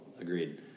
Agreed